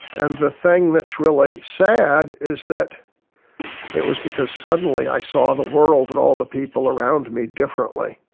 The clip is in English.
and the thing that's really sad is that it was because suddenly i saw the world and all the people around me differently,